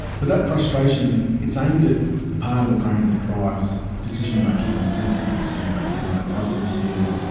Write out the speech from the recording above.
but that frustration, it's aimed at the part of the brain that drives decision-making and sensible decision-making. you know, if i said to you,